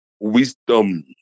Wisdom